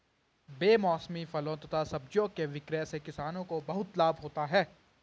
बेमौसमी फलों तथा सब्जियों के विक्रय से किसानों को बहुत लाभ होता है